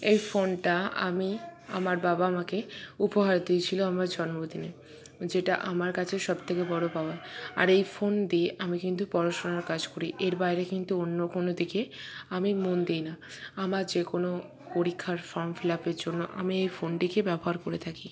এই ফোনটা আমি আমার বাবা আমাকে উপহার দিয়েছিলো আমার জন্মদিনে যেটা আমার কাছে সবথেকে বড়ো পাওয়া আর এই ফোন দিয়ে আমি কিন্তু পড়াশুনোর কাজ করি এর বাইরে কিন্তু অন্য কোনো দিকে আমি মন দিই না আমার যেকোনো পরীক্ষার ফর্ম ফিলআপের জন্য আমি এই ফোনটিকে ব্যবহার করে থাকি